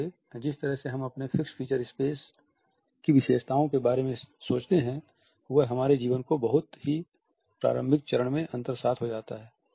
इसलिए जिस तरह से हम अपने फिक्स्ड स्पेस की विशेषताओं के बारे में सोचते हैं वह हमारे जीवन के बहुत ही प्रारंभिक चरण में अन्तार्शात हो जाता है